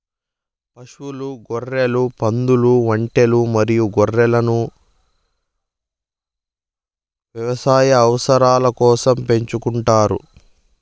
పశువులు, గొర్రెలు, పందులు, ఒంటెలు మరియు గుర్రాలను వ్యవసాయ అవసరాల కోసం పెంచుకుంటారు